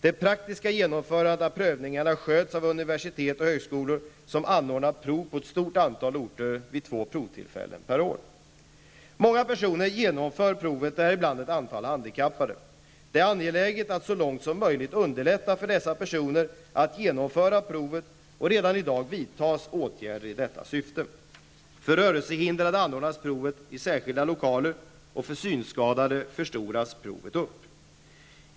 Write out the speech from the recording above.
Det praktiska genomförandet av prövningarna sköts av universitet och högskolor, som anordnar prov på ett antal orter vid två provtillfällen per år. Många personer genomför provet, däribland ett antal handikappade. Det är angeläget att så långt som möjligt underlätta för dessa personer att genomföra provet och redan i dag vidtas åtgärder. För rörelsehindrade anordnas provet i särskilda lokaler och för synskadade förstoras provet upp.